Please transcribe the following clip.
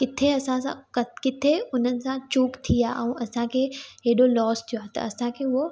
किथे असांखां क किथे उन्हनि सां चूक थी आहे ऐं असांखे एॾो लॉस थियो आहे त असांखे उहो